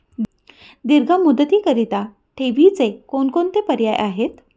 दीर्घ मुदतीकरीता ठेवीचे कोणकोणते पर्याय आहेत?